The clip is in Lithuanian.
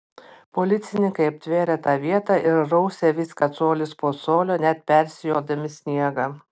policininkai aptvėrė tą vietą ir rausė viską colis po colio net persijodami sniegą